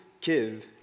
give